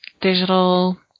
digital